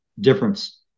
difference